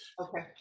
Okay